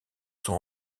sont